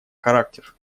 характер